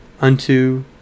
unto